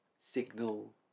signal